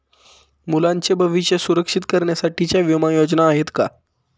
मुलांचे भविष्य सुरक्षित करण्यासाठीच्या विमा योजना आहेत का?